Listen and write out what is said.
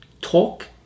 talk